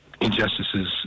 injustices